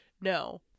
No